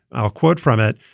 i'll quote from it,